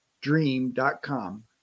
dream.com